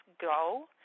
go